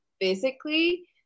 physically